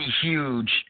huge